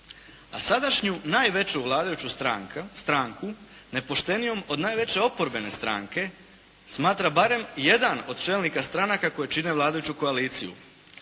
A sadašnju najveću vladajuću stranku nepoštenijom od najveće oporbene stranke smatra barem jedan od čelnika stranaka koje čine vladajuću koaliciju.